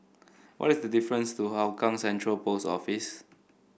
what is the difference to Hougang Central Post Office